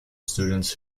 students